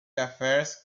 affairs